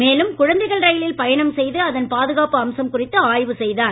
மேலும் குழந்தைகள் ரயிலில் பயணம் செய்து அதன் பாதுகாப்பு அம்சம் குறித்து ஆய்வு செய்தார்